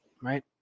right